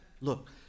Look